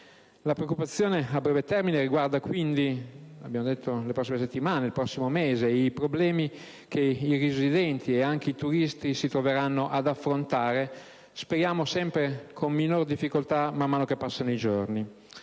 La preoccupazione a breve termine riguarda quindi il prossimo mese e i problemi che i residenti e anche i turisti si troveranno ad affrontare, e speriamo sempre con minore difficoltà man mano che passano i giorni.